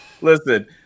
Listen